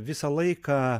visą laiką